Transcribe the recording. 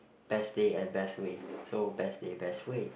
best day and best way so best day best way